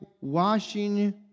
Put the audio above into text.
washing